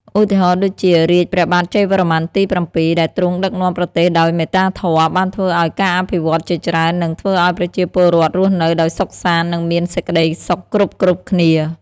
ឧទាហរណ៍ដូចជា រាជ្យព្រះបាទជ័យវរ្ម័នទី៧ ដែលទ្រង់ដឹកនាំប្រទេសដោយមេត្តាធម៌ បានធ្វើឲ្យមានការអភិវឌ្ឍន៍ជាច្រើន និងធ្វើឱ្យប្រជាពលរដ្ឋរស់នៅដោយសុខសាន្ត និងមានសេចក្តីសុខគ្រប់ៗគ្នា។